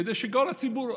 כדי שכל הציבור,